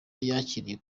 yakiriye